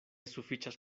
sufiĉas